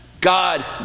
God